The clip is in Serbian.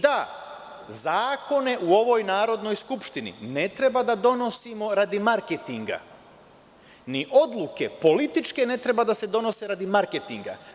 Da, zakone u ovoj Narodnoj skupštinine treba da donosimo radi marketinga, ni odluke političke ne treba da se donose radi marketinga.